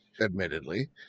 admittedly